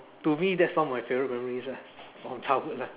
to me that's one of my favourite memories lah from childhood lah